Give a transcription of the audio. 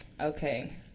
Okay